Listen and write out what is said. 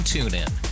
TuneIn